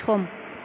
सम